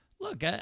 look